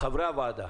חברי הוועדה